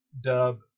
dub